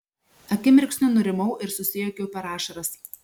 akimirksniu nurimau ir susijuokiau per ašaras